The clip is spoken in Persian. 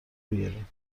بیارین